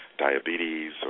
diabetes